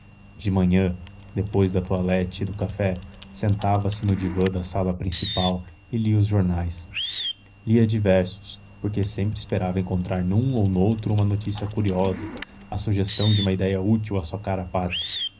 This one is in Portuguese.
de manhã depois da toilette e do café sentava-se no divã da sala principal e lia os jornais lia diversos porque sempre esperava encontrar num ou noutro uma notícia curiosa a sugestão de uma idéia útil à sua cara pátria